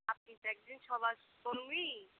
আপনি তো একজন সমাজকর্মী